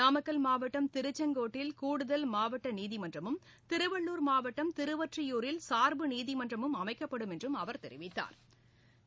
நாமக்கல் மாவட்டம் திருச்செங்கோட்டில் கூடுதல் மாவட்டநீதிமன்றமும் திருவள்ளூர் மாவட்டம் திருவொற்றியூரில் சாா்பு நீதிமன்றமும் அமைக்கப்படும் என்றும் அவா் தெரிவித்தாா்